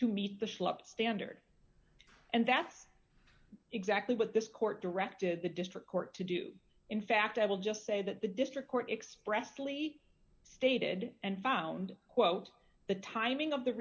to meet the schlub standard and that's exactly what this court directed the district court to do in fact i will just say that the district court expressly stated and found quote the timing of the